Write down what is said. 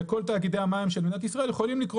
וכל תאגידי המים של מדינת ישראל יכולים לקרוא